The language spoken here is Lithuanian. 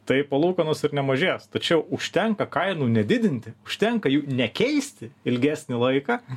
tai palūkanos ir nemažės tačiau užtenka kainų nedidinti užtenka jų nekeisti ilgesnį laiką